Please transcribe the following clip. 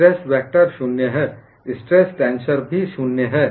stress vector शून्य है stress tensor भी शून्य है